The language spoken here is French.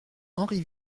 henri